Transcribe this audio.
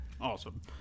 Awesome